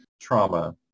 trauma